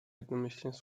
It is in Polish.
jednomyślnie